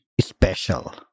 special